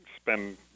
spend